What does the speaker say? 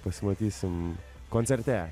pasimatysim koncerte